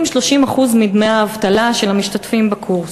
30% מדמי האבטלה של המשתתפים בקורס?